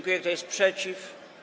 Kto jest przeciw?